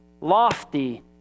lofty